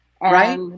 Right